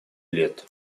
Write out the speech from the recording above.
лет